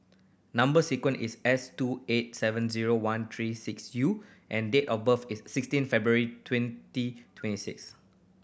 number sequence is S two eight seven zero one three six U and date of birth is sixteen February twenty twenty six